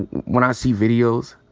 when i see videos,